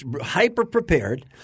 hyper-prepared